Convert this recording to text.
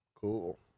Cool